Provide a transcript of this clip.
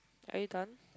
are you done